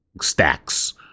stacks